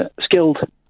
skilled